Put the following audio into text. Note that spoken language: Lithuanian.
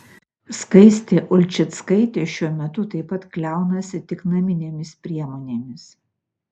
skaistė ulčickaitė šiuo metu taip pat kliaunasi tik naminėmis priemonėmis